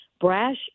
Brash